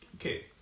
okay